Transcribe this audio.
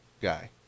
guy